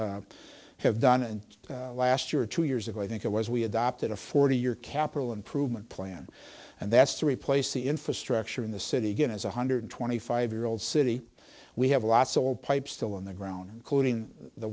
have done and last year two years ago i think it was we adopted a forty year capital improvement plan and that's to replace the infrastructure in the city again as one hundred twenty five year old city we have a lot soul pipe still on the ground coating the